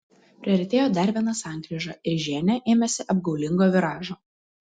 priartėjo dar viena sankryža ir ženia ėmėsi apgaulingo viražo